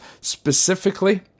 specifically